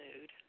mood